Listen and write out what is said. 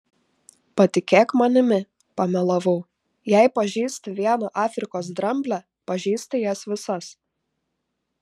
patikėk manimi pamelavau jei pažįsti vieną afrikos dramblę pažįsti jas visas